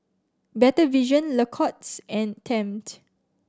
Better Vision Lacoste and Tempt